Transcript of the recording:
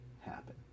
happen